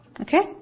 Okay